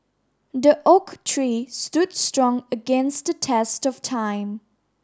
the oak tree stood strong against the test of time